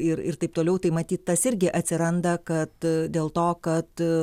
ir ir taip toliau tai matyt tas irgi atsiranda kad dėl to kad